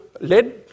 led